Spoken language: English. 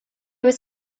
was